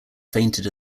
fainted